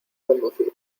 conducir